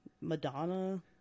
Madonna